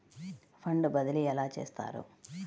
Fund బదిలీ ఎలా చేస్తారు?